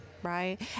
Right